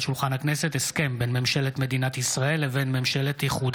הסכם בין ממשלת מדינת ישראל לבין ממשלת איחוד